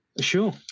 Sure